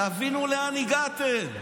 תבינו לאן הגעתם.